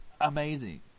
amazing